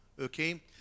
okay